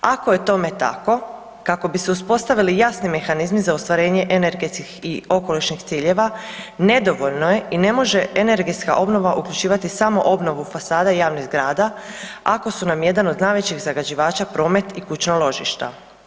Ako je tome tako kako bi se uspostavili jasni mehanizmi za ostvarenje energetskih i okolišnih ciljeva, nedovoljno je i ne može energetska obnova uključivati samo obnovu fasada javnih zgrada ako su nam jedan od najvećih zagađivača promet i kućna ložišta.